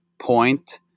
point